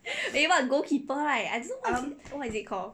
eh what goalkeeper right I don't know what is it called